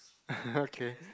okay